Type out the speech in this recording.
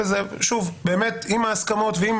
וזה, שוב, באמת, עם הסכמות ועם